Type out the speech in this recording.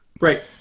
right